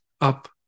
up